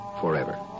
forever